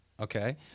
Okay